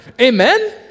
amen